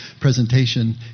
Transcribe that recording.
presentation